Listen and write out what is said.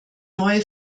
neue